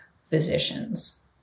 physicians